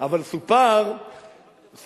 אבל סופר לי,